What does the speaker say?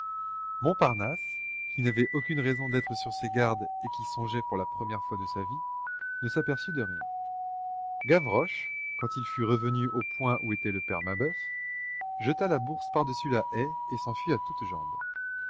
montparnasse qui n'avait aucune raison d'être sur ses gardes et qui songeait pour la première fois de sa vie ne s'aperçut de rien gavroche quand il fut revenu au point où était le père mabeuf jeta la bourse par-dessus la haie et s'enfuit à toutes jambes